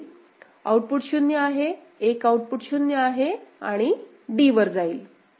output 0 आहे 1 output 0 आहे आणि d वर जाईल